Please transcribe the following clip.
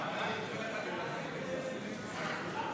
ההצעה להעביר לוועדה את הצעת חוק הרבנות הראשית לישראל (תיקון,